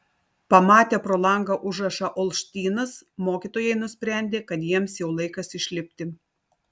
pamatę pro langą užrašą olštynas mokytojai nusprendė kad jiems jau laikas išlipti